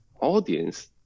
audience